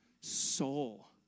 soul